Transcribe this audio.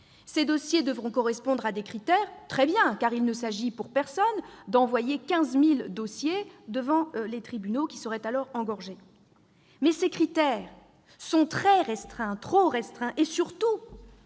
Ces dossiers devront correspondre à des critères. Très bien ! En effet, personne ne souhaite envoyer 15 000 dossiers devant des tribunaux, car ils seraient alors engorgés. Mais ces critères sont très restreints, trop restreints et, surtout,